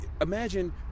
imagine